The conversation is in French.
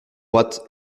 droite